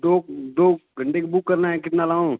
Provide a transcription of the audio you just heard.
दो दो घंटे का बुक करना है कितना लाऊँ